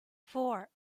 four